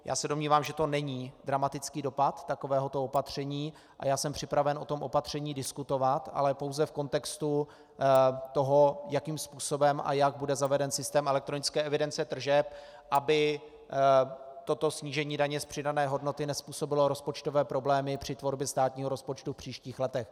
Já se domnívám, že to není dramatický dopad takového opatření, a jsem připraven o tom opatření diskutovat, ale pouze v kontextu toho, jakým způsobem a jak bude zaveden systém elektronické evidence tržeb, aby toto snížení daně z přidané hodnoty nezpůsobilo rozpočtové problémy při tvorbě státního rozpočtu v příštích letech.